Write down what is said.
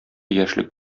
яшьлек